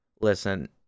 listen